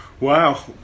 Wow